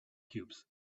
cubes